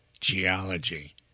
geology